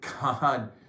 God